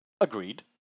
Agreed